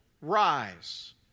rise